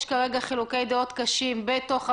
יש כרגע חילוקי דעות קשים בתוך הממשלה,